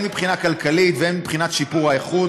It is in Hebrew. מבחינה כלכלית והן מבחינת שיפור האיכות,